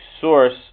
source